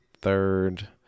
third